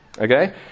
Okay